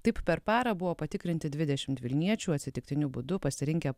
taip per parą buvo patikrinti dvidešimt vilniečių atsitiktiniu būdu pasirinkę